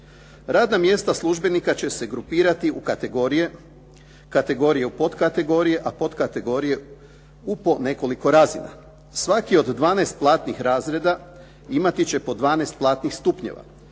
Radna mjesta službenika će se grupirati u kategorije, kategorije u potkategorije, a potkategorije u po nekoliko razina. Svaki od 12 platnih razreda imati će po 12 platnih stupnjeva